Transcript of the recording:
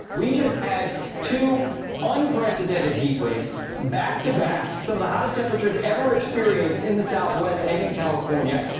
we just had two unprecedented heat waves back-to-back, some of the hottest temperatures ever experienced in the southwest and in california,